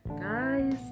Guys